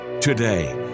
Today